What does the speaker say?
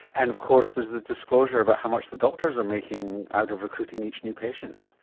and of course there's the disclosure about how much the doctors are making out of recruiting each new patient.